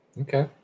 Okay